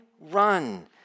run